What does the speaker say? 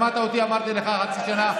שמעת אותי אומר "חצי שנה"?